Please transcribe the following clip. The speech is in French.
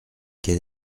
quel